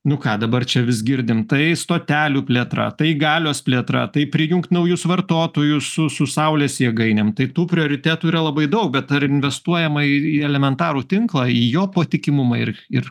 nu ką dabar čia vis girdim tai stotelių plėtra tai galios plėtra tai prijungt naujus vartotojus su su saulės jėgainėm tai tų prioritetų yra labai daug bet ar investuojama į elementarų tinklą į jo patikimumą ir ir